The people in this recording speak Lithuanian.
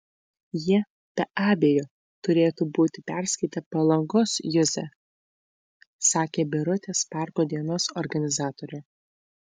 jie be abejo turėtų būti perskaitę palangos juzę sakė birutės parko dienos organizatorė